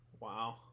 Wow